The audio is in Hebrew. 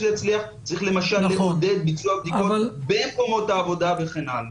צריך למשל לעודד ביצוע בדיקות במקומות העבודה וכן הלאה.